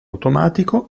automatico